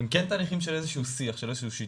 ואין כאן אינטרס של בייביסיטר, אז לא נדבר עליכם'.